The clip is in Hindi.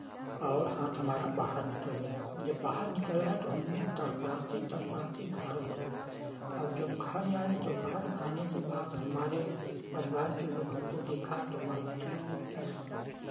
और हाथ हमारा बाहर निकल गया जब बाहर निकल आया तो हमने तड़पराते तड़पराते घर आये और जब घर आये तो घर आने के बाद हमारे परिवार के लोग हमको देखा तो हमारी तीन उंगली गायब